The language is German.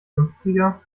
fünfziger